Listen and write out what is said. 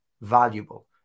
valuable